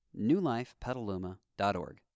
newlifepetaluma.org